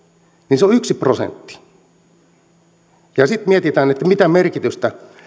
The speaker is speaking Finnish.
niin se on yksi prosentti kun sitten mietitään mitä merkitystä